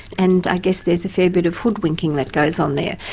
and i guess there's a fair bit of hoodwinking that goes on there.